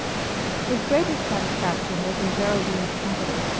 his greatest satisfaction was in geraldine's company.